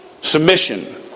submission